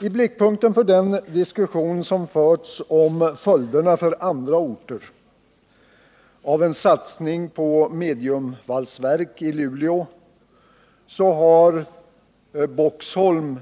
I blickpunkten för den diskussion som förts om följderna för andra orter av en satsning på mediumvalsverk i Luleå har Boxholm